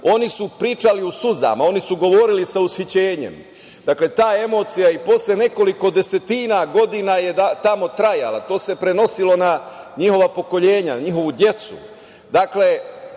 oni su pričali u suzama, oni su govorili sa ushićenjem. Dakle, ta emocija i posle nekoliko desetina godina je tamo trajala. To se prenosilo na njihova pokolenja, na njihovu decu. Dakle,